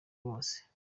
bose